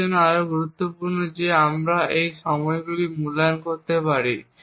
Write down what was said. আমাদের জন্য আরও গুরুত্বপূর্ণ যে আমরা এই সময়গুলি মূল্যায়ন করি